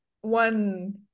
one